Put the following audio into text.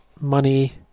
money